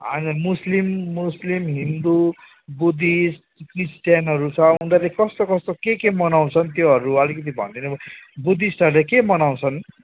होइन Muslim Muslim Hindu Buddhist क्रिस्टियनहरू छ उनीहरूले कस्तो कस्तो के के मनाउँछन् त्योहरू अलिकिति भनिदिनु बुद्धिस्टहरूले के मनाउँछन्